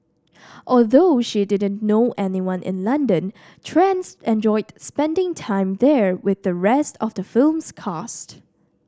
although she didn't know anyone in London Trans enjoyed spending time there with the rest of the film's cast